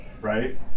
right